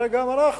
זה גם בנו.